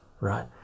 right